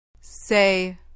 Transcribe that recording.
Say